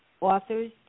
authors